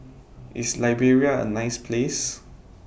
IS Liberia A nice Place